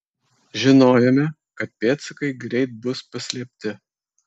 žinojome kad pėdsakai greit bus paslėpti